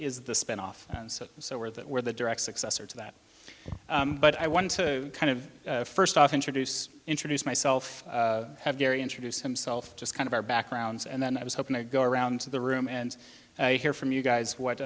is the spinoff so where that where the direct successor to that but i wanted to kind of first off introduce introduce myself have gary introduce himself just kind of our backgrounds and then i was hoping to go around the room and hear from you guys what